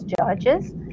judges